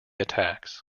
attacks